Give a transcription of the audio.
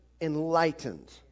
enlightened